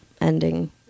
ending